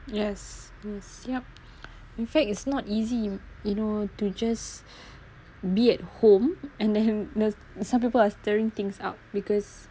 yes yup in fact it's not easy you know to just be at home and then some people are stirring things up because